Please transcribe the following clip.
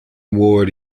ward